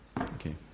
Okay